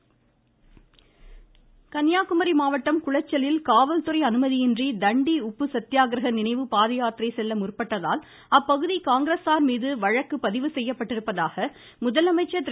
மமமமம தண்டி யாத்திரை கன்னியாக்குமரி மாவட்டம் குளச்சலில் காவல்துறை அனுமதியின்றி தண்டி உப்பு சத்தியாக்கிர நினைவு பாதயாத்திரை செல்ல முற்பட்டதால் அப்பகுதி காங்கிரஸார்மீது வழக்கு பதிவு செய்யப்பட்டிருப்பதாக முதலமைச்சர் திரு